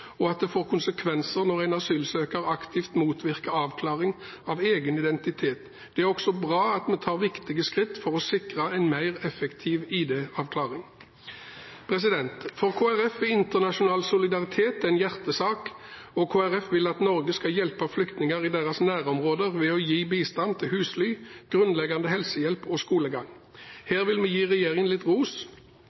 og at det får konsekvenser når en asylsøker aktivt motvirker avklaring av egen identitet. Det er også bra at vi tar viktige skritt for å sikre en mer effektiv ID-avklaring. For Kristelig Folkeparti er internasjonal solidaritet en hjertesak, og Kristelig Folkeparti vil at Norge skal hjelpe flyktninger i deres nærområder ved å gi bistand til husly, grunnleggende helsehjelp og skolegang. Her vil vi gi regjeringen litt ros.